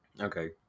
Okay